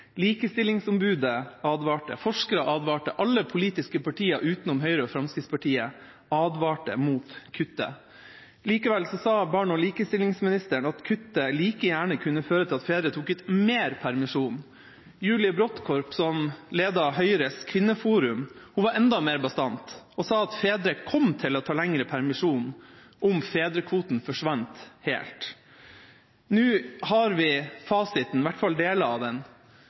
Likestillingsombudet advarte. Forskere advarte. Alle politiske partier utenom Høyre og Fremskrittspartiet advarte mot kuttet. Likevel sa barne- og likestillingsministeren at kuttet like gjerne kunne føre til at fedre tok ut mer permisjon. Julie Brodtkorb, som ledet Høyres Kvinneforum, var enda mer bastant og sa at fedre kom til å ta lengre permisjon om fedrekvoten forsvant helt. Nå har vi fasiten, i hvert fall deler av den.